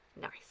nice